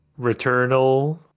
Returnal